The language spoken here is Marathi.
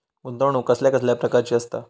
गुंतवणूक कसल्या कसल्या प्रकाराची असता?